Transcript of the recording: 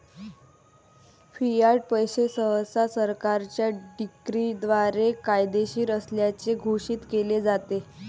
Fiat पैसे सहसा सरकारच्या डिक्रीद्वारे कायदेशीर असल्याचे घोषित केले जाते